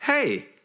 Hey